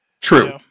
True